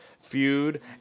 feud